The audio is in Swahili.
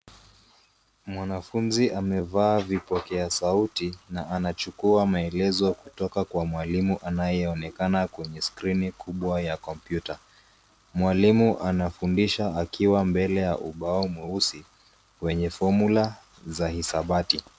Mwanafunzi amevaa vipokea sauti na anachukua maelezo kutoka kwa mwalimu anayeonekana kwenye skrini kubwa ya kompyuta. Mwalimu anafundisha akiwa mbele ya ubao mweusi wenye fomula za hisabati.